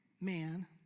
man